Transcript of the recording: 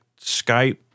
Skype